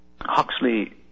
huxley